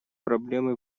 проблемы